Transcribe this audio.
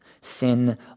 Sin